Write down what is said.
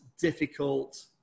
difficult